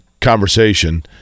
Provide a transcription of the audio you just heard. conversation